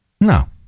No